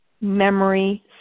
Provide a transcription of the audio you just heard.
memory